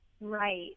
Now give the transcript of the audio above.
Right